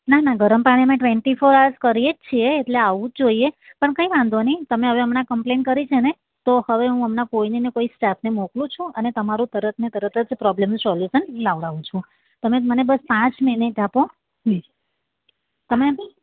ના ના ગરમ પાણી અમે ટવેન્ટી ફોર આવર્સ કરીએ જ છીએ એટલે આવવું જ જોઈએ પણ કાંઈ વાંધો નહીં તમે હવે હમણાં કમ્પ્લેઇન કરી છે ને તો હવે હું હમણાં કોઈને ને કોઈ સ્ટાફને મોકલું છું અને તમારું તરતને તરત જ પ્રોબ્લેમનું સોલ્યુશન લાવડાવું છું તમે મને બસ પાંચ મિનિટ આપો પ્લીઝ તમે